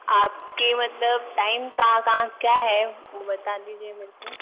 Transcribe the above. आपके मतलब टाइम कहाँ कहाँ क्या है वो बता दीजिए मेरे को